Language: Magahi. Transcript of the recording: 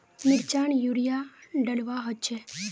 मिर्चान यूरिया डलुआ होचे?